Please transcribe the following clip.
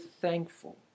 thankful